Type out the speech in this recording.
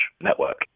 network